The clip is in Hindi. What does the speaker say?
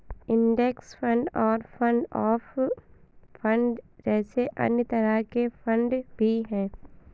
इंडेक्स फंड और फंड ऑफ फंड जैसे अन्य तरह के फण्ड भी हैं